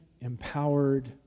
empowered